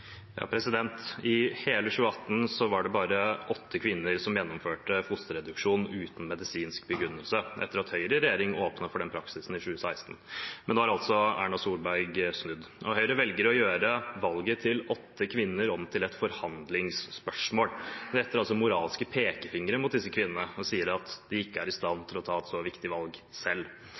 I hele 2018 var det bare åtte kvinner som gjennomførte fosterreduksjon uten medisinsk begrunnelse, etter at Høyre i regjering åpnet for den praksisen i 2016. Men nå har altså Erna Solberg snudd, og Høyre velger å gjøre valget til åtte kvinner om til et forhandlingsspørsmål – man retter altså en moralsk pekefinger mot disse kvinnene og sier at de ikke er i stand til å ta et så viktig valg selv.